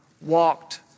Walked